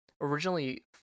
originally